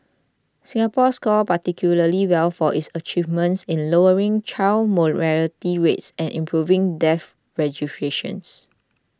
Singapore scored particularly well for its achievements in lowering child mortality rates and improving death registration